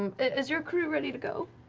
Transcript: is your crew ready to go?